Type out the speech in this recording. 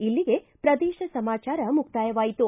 ಇಲ್ಲಿಗೆ ಪ್ರದೇಶ ಸಮಾಚಾರ ಮುಕ್ತಾಯವಾಯಿತು